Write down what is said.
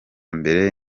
mbere